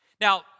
Now